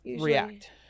react